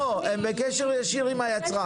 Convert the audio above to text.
לא, הם בקשר ישיר עם היצרן.